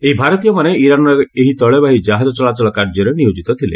ଏହି ଭାରତୀୟମାନେ ଇରାନର ଏହି ତୈଳବାହୀ କାହାଜ ଚଳାଚଳ କାର୍ଯ୍ୟରେ ନିୟୋଜିତ ଥିଲେ